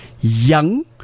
young